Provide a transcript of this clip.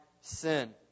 sin